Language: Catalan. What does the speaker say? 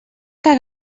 que